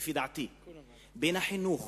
בין החינוך